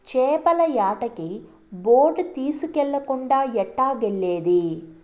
చేపల యాటకి బోటు తీస్కెళ్ళకుండా ఎట్టాగెల్లేది